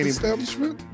establishment